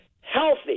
healthy